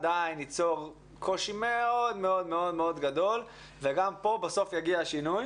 עדיין ייצור קושי מאוד מאוד גדול וגם כאן בסוף יגיע השינוי